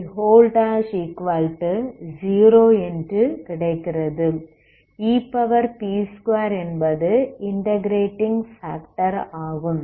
ep2 என்பது integrating factor ஆகும்